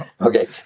Okay